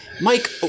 Mike